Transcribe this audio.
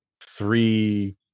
three